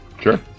Sure